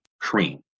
cream